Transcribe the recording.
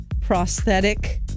prosthetic